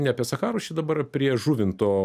ne apie sacharos čia dabar prie žuvinto